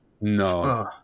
No